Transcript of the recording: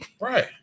Right